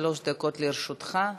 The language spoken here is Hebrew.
שלוש דקות לרשותך.